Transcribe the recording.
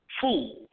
fool